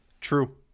True